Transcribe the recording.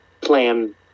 plan